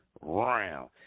Round